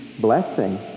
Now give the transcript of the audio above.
Blessing